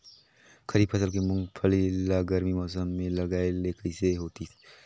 खरीफ फसल के मुंगफली ला गरमी मौसम मे लगाय ले कइसे होतिस?